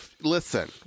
listen